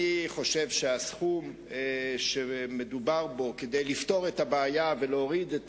אני חושב שהסכום שמדובר בו כדי לפתור את הבעיה ולהוריד את